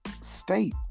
state